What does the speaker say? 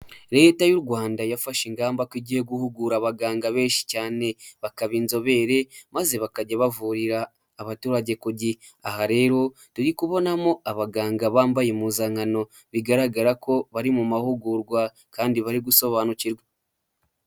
Leta y'u Rwanda yafashe ingamba ko igiye guhugura abaganga benshi cyane bakaba inzobere maze bakajya bavurira abaturage ku gihe. Aha rero turi kubonamo abaganga bambaye impuzankano bigaragara ko bari mu mahugurwa kandi bari gusobanukirwa.